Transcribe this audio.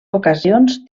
ocasions